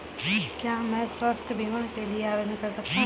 क्या मैं स्वास्थ्य बीमा के लिए आवेदन कर सकता हूँ?